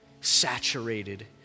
saturated